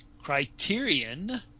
Criterion